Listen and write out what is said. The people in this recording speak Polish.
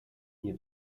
nie